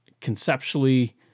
conceptually